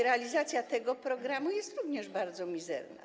Realizacja tego programu jest również bardzo mizerna.